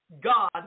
God